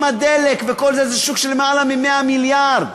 עם הדלק וכל זה זה שוק של למעלה מ-100 מיליארד.